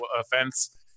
offense